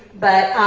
but